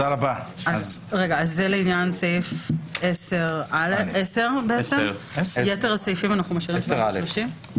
אז זה לעניין סעיף 10. את יתר הסעיפים אנחנו משאירים 730?